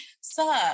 Sir